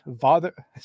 father